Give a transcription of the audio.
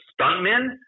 stuntmen